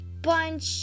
bunch